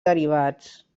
derivats